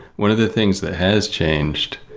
one of the things that has changed,